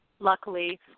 Luckily